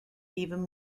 even